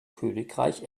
königreich